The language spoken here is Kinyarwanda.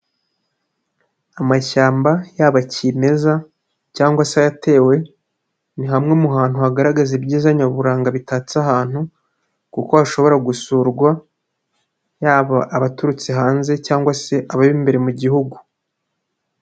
Amashyamba yaba kimeza cyangwa se yatewe, ni hamwe mu hantu hagaragaza ibyiza nyaburanga bitatse ahantu, kuko hashobora gusurwa yaba abaturutse hanze, cyangwa se abri imbere mu gihugu.